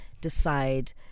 decide